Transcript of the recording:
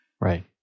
right